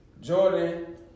Jordan